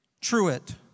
Truitt